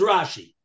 Rashi